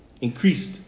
increased